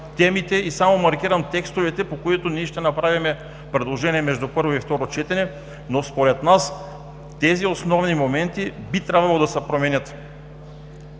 темите и текстовете, по които ние ще направим предложение между първо и второ четене, но според нас тези основни моменти би трябвало да се променят,